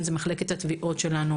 אם זה מחלקת התביעות שלנו,